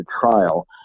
trial